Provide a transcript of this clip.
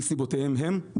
מסיבותיהם הם.